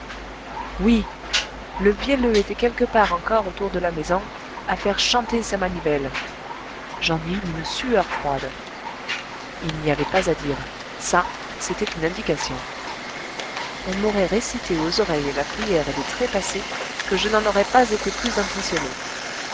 oui le vielleux était quelque part encore autour de la maison à faire chanter sa manivelle j'en ai eu une sueur froide il n'y avait pas à dire ça c'était une indication on m'aurait récité aux oreilles la prière des trépassés que je n'en aurais pas été plus impressionnée